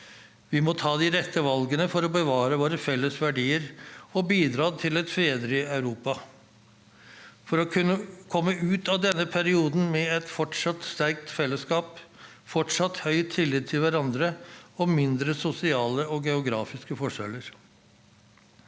Vi må ta de rette valgene for å bevare våre felles verdier og bidra til et fredelig Europa, og for å komme ut av denne perioden med et fortsatt sterkt fellesskap, fortsatt høy tillit til hverandre og mindre sosiale og geografiske forskjeller.